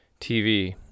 TV